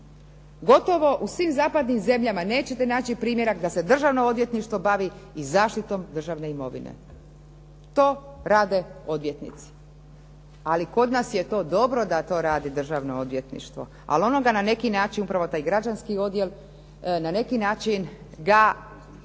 Gotovo u svim zapadnim zemljama nećete naći primjerak da se državno odvjetništvo bavi i zaštitom državne imovine. To rade odvjetnici. Ali kod nas je to dobro da to radi državno odvjetništvo ali ono ga na neki način upravo taj građanski odjel, na neki način ga